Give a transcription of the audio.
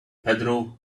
pedro